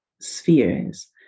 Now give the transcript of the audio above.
spheres